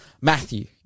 Matthew